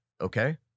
Okay